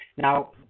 Now